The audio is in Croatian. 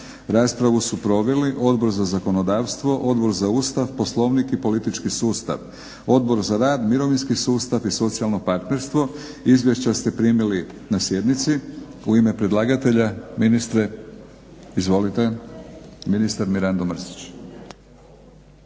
Raspravu su proveli Odbor za zakonodavstvo, Odbor za Ustav, Poslovnik i politički sustav, Odbor za rad, mirovinski sustav i socijalno partnerstvo. Izvješća ste primili na sjednici. U ime predlagatelja ministre izvolite, ministar Mirando Mrsić.